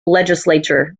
legislature